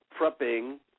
prepping